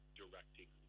directing